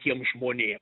tiem žmonėm